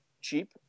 cheap